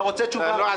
אתה רוצה תשובה?